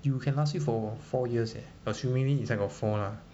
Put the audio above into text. you can can last you for four years eh assuming inside got four lah